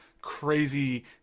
crazy